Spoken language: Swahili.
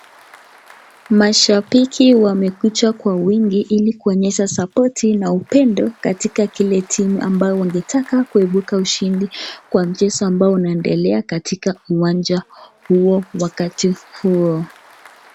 Mashabiki wamekuja kwa wingi ili kuonyesha sapoti na upendo katika ile timu ambayo wangetaka kuibuka ushindi kwa mchezo ambao unaendelea katika uwanja huo wakati huo.